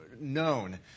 known